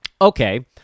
Okay